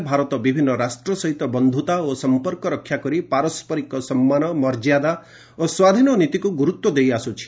ଏହିନୀତି ଅନୁସାରେ ଭାରତ ବିଭିନ୍ନ ରାଷ୍ଟ୍ର ସହିତ ବନ୍ଧୁତା ଓ ସମ୍ପର୍କ ରକ୍ଷା କରି ପାରସ୍କରିକ ସମ୍ମାନ ମର୍ଯ୍ୟାଦା ଓ ସ୍ୱାଧୀନ ନୀତିକୁ ଗୁରୁତ୍ୱ ଦେଇ ଆସୁଛି